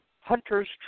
Hunter's